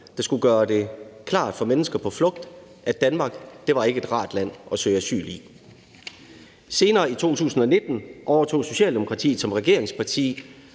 der skulle gøre det klart for mennesker på flugt, at Danmark ikke var et rart land at søge asyl i. Senere, i 2019, overtog Socialdemokratiet som regeringsparti